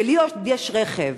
ולי עוד יש רכב.